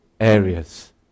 areas